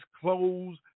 clothes